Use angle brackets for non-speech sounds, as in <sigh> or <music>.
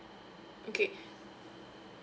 okay <breath>